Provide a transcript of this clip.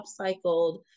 upcycled